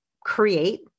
create